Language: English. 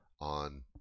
on